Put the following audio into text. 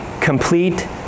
complete